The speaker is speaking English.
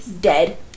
dead